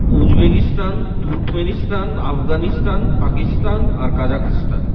Uzbekistan Turkmenistan Afghanistan Pakistan আর Kazakhstan